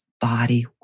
body